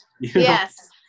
Yes